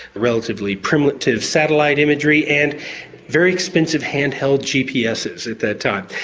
relatively primitive satellite imagery, and very expensive hand-held gpss at that time.